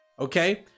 okay